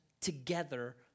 together